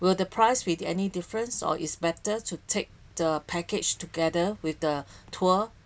will the price with any difference or it's better to take the package together with the tour